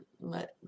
let